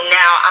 now